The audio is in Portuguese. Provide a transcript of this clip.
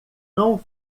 não